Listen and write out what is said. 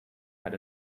had